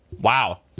Wow